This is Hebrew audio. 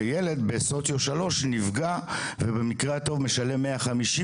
וילד בסוציו שלוש נפגע ובמקרה הטוב משלם מאה חמישים